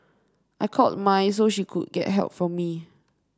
I called my so she could get help for me